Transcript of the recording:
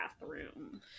bathroom